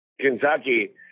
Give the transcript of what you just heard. Kentucky